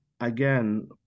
again